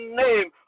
name